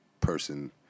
person